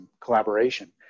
collaboration